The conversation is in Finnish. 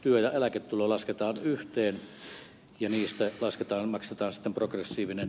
työ ja eläketulo lasketaan yhteen ja niistä maksetaan sitten progressiivinen vero